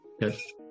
Yes